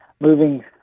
moving